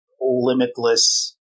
limitless